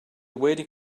waiting